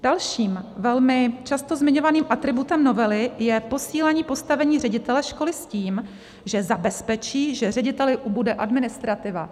Dalším velmi často zmiňovaným atributem novely je posílení postavení ředitele školy s tím, že zabezpečí, že řediteli ubude administrativa.